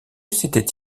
s’était